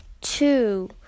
two